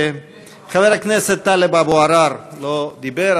חבר הכנסת טלב אבו עראר לא דיבר,